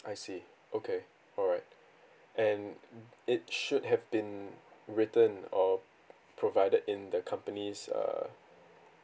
I say okay alright and it should have been written or provided in the company's err